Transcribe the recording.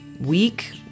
week